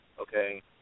Okay